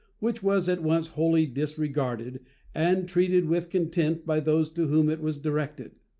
which was at once wholly disregarded and treated with contempt by those to whom it was directed.